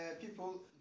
people